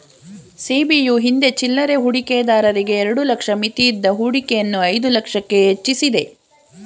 ಸಿ.ಬಿ.ಯು ಹಿಂದೆ ಚಿಲ್ಲರೆ ಹೂಡಿಕೆದಾರರಿಗೆ ಎರಡು ಲಕ್ಷ ಮಿತಿಯಿದ್ದ ಹೂಡಿಕೆಯನ್ನು ಐದು ಲಕ್ಷಕ್ಕೆ ಹೆಚ್ವಸಿದೆ